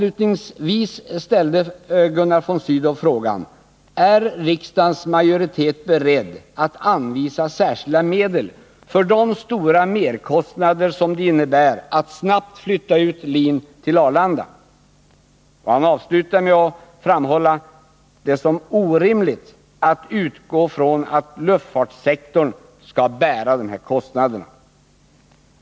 Gunnar von Sydow ställde i slutet av sin artikel frågan: ”Är riksdagens majoritet beredd att anvisa särskilda medel för de stora merkostnader som det innebär att snabbt flytta ut LIN till Arlanda?” Och han avslutar med att framhålla det som orimligt att utgå från att luftfartssektorn skall bära dessa kostnader.